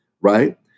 right